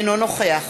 אינו נוכח